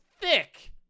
thick